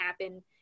happen